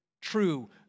true